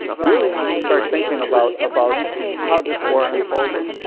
really have to start thinking about about how this war unfolded.